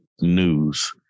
news